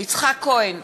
יצחק כהן,